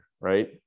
right